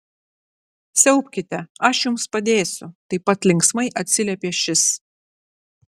siaubkite aš jums padėsiu taip pat linksmai atsiliepė šis